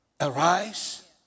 Arise